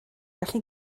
gallu